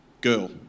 Girl